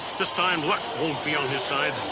this time luck won't be on his side.